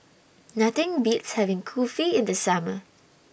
Nothing Beats having Kulfi in The Summer